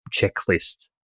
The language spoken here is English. checklist